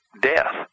death